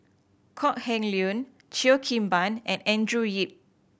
Kok Heng Leun Cheo Kim Ban and Andrew Yip